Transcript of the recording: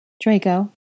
Draco